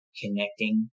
connecting